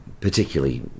Particularly